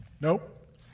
Nope